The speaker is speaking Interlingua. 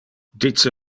dice